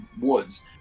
woods